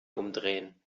umdrehen